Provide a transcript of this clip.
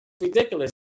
ridiculous